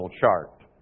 chart